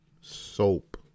Soap